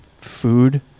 food